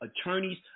attorneys